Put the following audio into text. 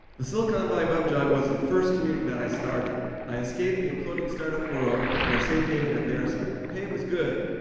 the silicon valley web job that was the first community that i started. i escaped the imploding start up world for a safe haven at verisign. the pay was good,